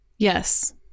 Yes